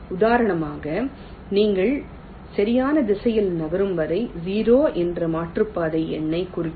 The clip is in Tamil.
உதாரணமாக நீங்கள் சரியான திசையில் நகரும் வரை 0 என்ற மாற்றுப்பாதை எண்ணைக் குறிக்கும்